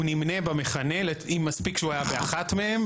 הוא נמנה במכנה אם מספיק שהוא היה באחת מהן.